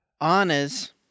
Anna's